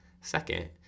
Second